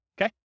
Okay